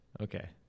Okay